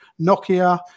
Nokia